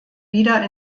wieder